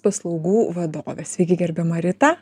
paslaugų vadovė sveiki gerbiama rita